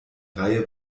reihe